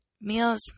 meals